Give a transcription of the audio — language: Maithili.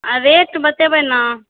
आ रेट बतेबै ने